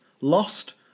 Lost